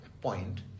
point